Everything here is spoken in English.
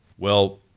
well,